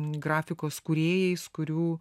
grafikos kūrėjais kurių